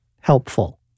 Helpful